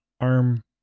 arm